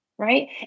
Right